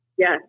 Yes